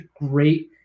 great